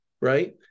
right